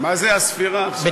מה זה הספירה עכשיו?